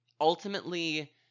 ultimately